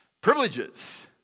Privileges